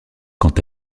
quant